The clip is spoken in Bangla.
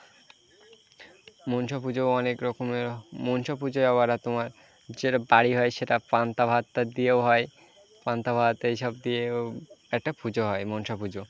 মনসা পুজোও অনেক রকমের মনসা পুজোয় আবার তোমার যেটা বাড়ি হয় সেটা পান্তা ভাতটা দিয়েও হয় পান্তা ভাত এই সব দিয়েও একটা পুজো হয় মনসা পুজো